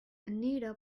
anita